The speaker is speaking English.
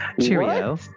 Cheerio